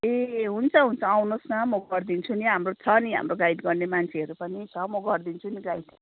ए हुन्छ हुन्छ आउनुहोस् न म गरिदिन्छु नि हाम्रो छ नि हाम्रो गाइड गर्ने मान्छेहरू पनि छ म गरिदिन्छु नि गाइड